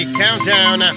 countdown